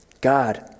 God